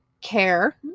care